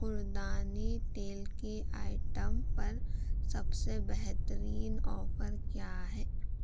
خوردانی تیل کی آئٹم پر سب سے بہترین آفر کیا ہے